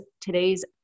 today's